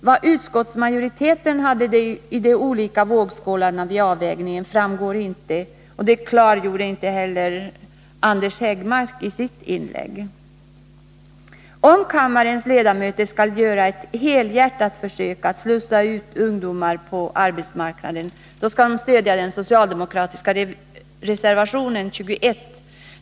Vad utskottsmajoriteten hade i de olika vågskålarna vid avvägningen framgår inte. Anders Högmark klargjorde det inte heller i sitt inlägg. Om kammarens ledamöter vill göra ett helhjärtat försök att slussa ungdomar ut på arbetsmarknaden, då skall de stödja den socialdemokratiska reservationen 21.